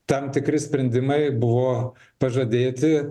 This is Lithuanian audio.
tam tikri sprendimai buvo pažadėti